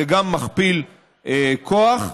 זה גם מכפיל כוח.